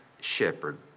shepherd